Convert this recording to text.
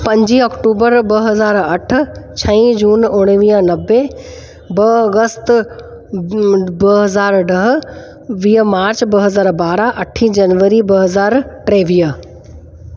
पंजी अक्टूबर ॿ हज़ार अठ छही जून उणिवीह नबे ॿ अगस्त ॿ हज़ार ॾह वीह मार्च ॿ हज़ार ॿारहं अठी जनवरी ॿ हज़ार टेवीह